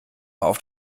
auf